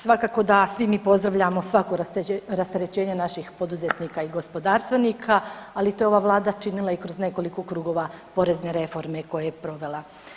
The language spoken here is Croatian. Svakako da svi mi pozdravljamo svako rasterećenje naših poduzetnika i gospodarstvenika, ali to je ova Vlada činila i kroz nekoliko krugova porezne reforme koje je provela.